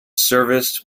serviced